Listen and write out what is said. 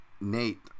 Nate